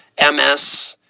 MS